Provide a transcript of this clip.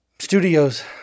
Studios